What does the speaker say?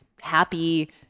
happy